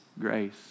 grace